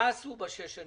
מה עשו בשש שנים?